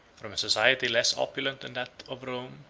from a society less opulent than that of rome,